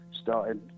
started